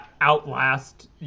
outlast